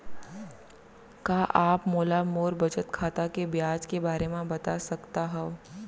का आप मोला मोर बचत खाता के ब्याज के बारे म बता सकता हव?